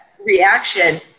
reaction